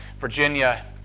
Virginia